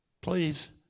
Please